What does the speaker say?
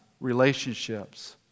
relationships